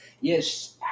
Yes